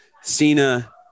Cena